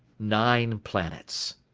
nine planets.